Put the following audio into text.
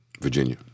Virginia